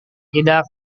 tidak